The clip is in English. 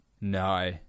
No